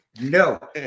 no